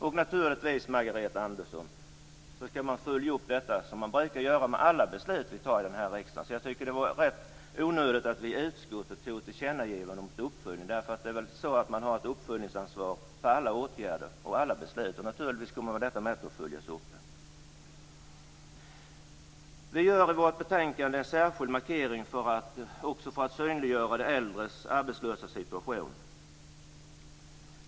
Och naturligtvis skall man, Margareta Andersson, följa upp detta, såsom man brukar göra med alla beslut som vi tar i riksdagen. Jag tycker därför att det var onödigt att vi i utskottet gjorde ett tillkännagivande om uppföljning. Man har naturligtvis ett uppföljningsansvar i fråga om alla åtgärder och beslut. Detta kommer naturligtvis också att följas upp. Vi gör i betänkandet en särskild markering för att synliggöra de äldre arbetslösas situation.